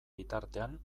bitartean